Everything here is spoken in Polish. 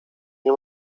nie